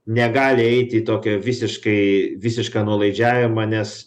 negali eiti į tokią visiškai visišką nuolaidžiavimą nes